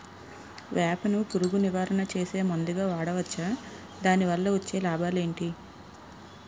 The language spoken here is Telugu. వేప ను పురుగు నివారణ చేసే మందుగా వాడవచ్చా? దాని వల్ల వచ్చే లాభాలు ఏంటి?